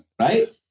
Right